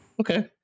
Okay